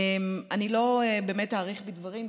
אני לא אאריך בדברים,